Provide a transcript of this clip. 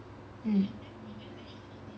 mm